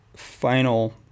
final